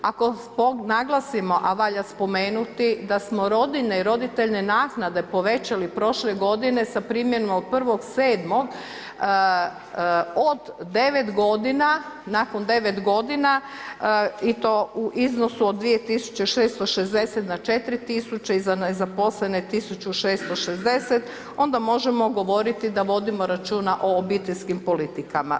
Ako naglasimo, a valja spomenuti da smo rodiljne i roditeljne naknade povećali prošle godine sa primjenom od 1.7. od 9 godina nakon 9 godina i to u iznosu od 2660 na 4000, za nezaposlene 1660, onda možemo govoriti da vodimo računa o obiteljskim politikama.